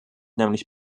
nämlich